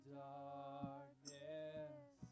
darkness